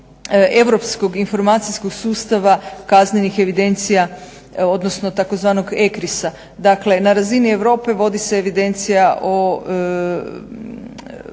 europskog informacijskog sustava kaznenih evidencija, odnosno tzv. ECRIS-a. Dakle na razini Europe vodi se kaznena